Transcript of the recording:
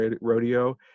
rodeo